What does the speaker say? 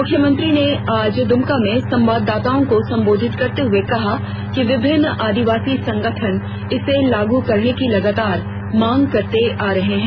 मुख्यमंत्री ने आज द्रमका में संवाददाताओं को संबोधित करते हुए कहा कि विभिन्न आदिवासी संगठन इसे लागू करने की लगातार मांग करते आ रहे हैं